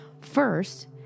First